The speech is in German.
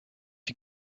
die